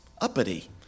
uppity